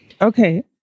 Okay